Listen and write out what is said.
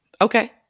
Okay